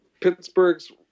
pittsburgh's